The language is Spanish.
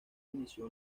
inició